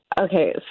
Okay